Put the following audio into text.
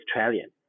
Australian